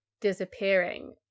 disappearing